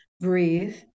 breathe